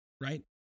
right